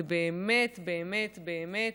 זה באמת באמת באמת